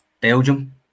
Belgium